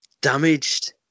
damaged